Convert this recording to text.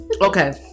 Okay